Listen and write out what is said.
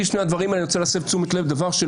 תשים לב שהחוק מנוסח היום כמו בנוסח הקודם